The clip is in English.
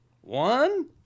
One